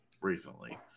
recently